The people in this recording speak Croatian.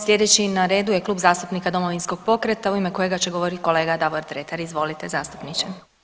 Sljedeći na redu je Klub zastupnika Domovinskog pokreta u ime kojega će govoriti kolega Davor Dretar, izvolite zastupniče.